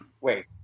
Wait